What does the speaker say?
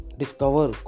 discover